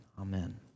Amen